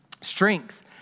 strength